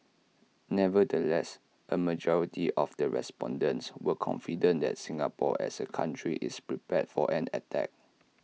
nevertheless A majority of the respondents were confident that Singapore as A country is prepared for an attack